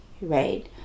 right